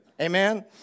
Amen